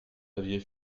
aviez